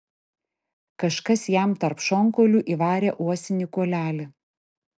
kažkas jam tarp šonkaulių įvarė uosinį kuolelį